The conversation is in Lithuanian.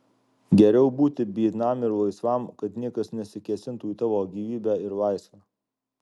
geriau būti biednam ir laisvam kad niekas nesikėsintų į tavo gyvybę ir laisvę